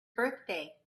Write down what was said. birthday